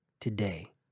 today